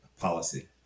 policy